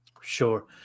sure